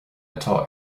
atá